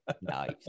Nice